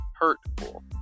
Hurtful